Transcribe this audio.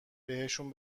بهشون